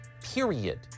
period